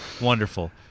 wonderful